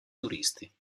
turisti